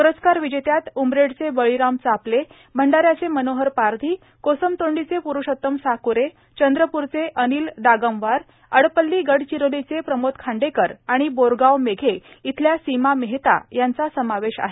प्रस्कार विजेत्यात उमरेडचे बळीराम चापले भंडाऱ्याचे मनोहर पारधी कोसमतोंडीचे प्रुषोत्तम साक्रे चंद्रप्रचे अनिल दागमवार अडपल्ली गडचिरोलीचे प्रमोद खांडेकर आणि बोरगाव मेघे इथल्या सीमा मेहता यांचा समावेश आहे